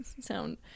sound